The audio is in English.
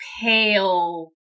pale